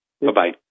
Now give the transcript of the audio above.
Bye-bye